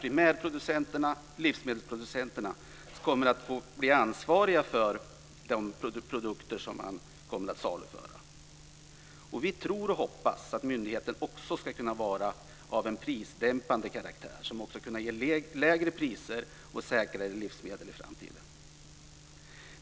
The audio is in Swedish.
Primärproducenterna och livsmedelsproducenterna kommer att bli ansvariga för de produkter som man kommer att saluföra. Vi tror och hoppas att myndigheten också ska kunna vara av en prisdämpande karaktär som kan ge lägre priser och säkrare livsmedel i framtiden.